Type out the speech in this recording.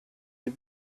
die